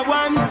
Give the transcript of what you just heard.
one